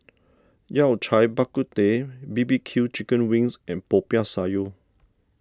Yao Cai Bak Kut Teh B B Q Chicken Wings and Popiah Sayur